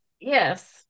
Yes